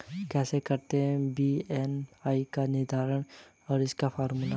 कैसे करते हैं बी.एम.आई का निर्धारण क्या है इसका फॉर्मूला?